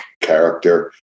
character